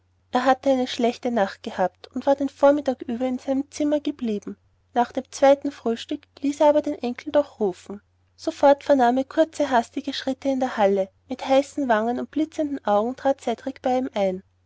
er hatte eine schlechte nacht gehabt und war den vormittag über in seinem zimmer geblieben nach dem zweiten frühstück ließ er aber den enkel doch rufen sofort vernahm er kurze hastige schritte in der halle und mit heißen wangen und blitzenden augen trat cedrik bei ihm ein